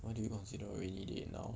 what do you consider a rainy day now